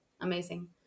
Amazing